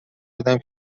بودم